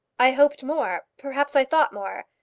i hoped more. perhaps i thought more.